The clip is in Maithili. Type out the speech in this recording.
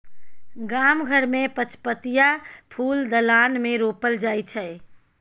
गाम घर मे पचपतिया फुल दलान मे रोपल जाइ छै